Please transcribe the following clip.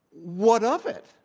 what of it?